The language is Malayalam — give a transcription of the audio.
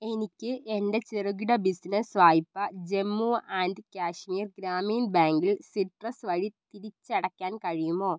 എനിക്ക് എൻ്റെ ചെറുകിട ബിസിനസ് വായ്പ ജമ്മു ആൻഡ് കശ്മീർ ഗ്രാമീൺ ബാങ്കിൽ സിട്രസ് വഴി തിരിച്ചടയ്ക്കാൻ കഴിയുമോ